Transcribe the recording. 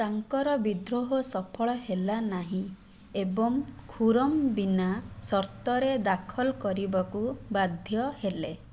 ତାଙ୍କର ବିଦ୍ରୋହ ସଫଳ ହେଲା ନାହିଁ ଏବଂ ଖୁରମ ବିନା ସର୍ତ୍ତରେ ଦାଖଲ କରିବାକୁ ବାଧ୍ୟ ହେଲେ